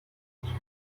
روحانی